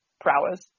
prowess